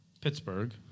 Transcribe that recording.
Pittsburgh